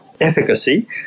efficacy